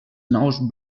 nous